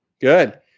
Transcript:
good